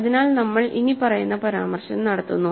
അതിനാൽനമ്മൾ ഇനിപ്പറയുന്ന പരാമർശം നടത്തുന്നു